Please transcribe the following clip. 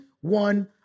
One